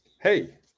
Hey